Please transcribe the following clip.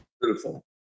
Beautiful